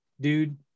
dude